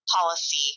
policy